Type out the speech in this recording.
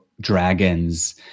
dragons